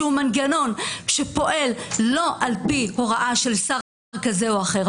שהוא מנגנון שפועל לא על פי הוראה של שר כזה או אחר,